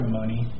money